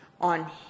on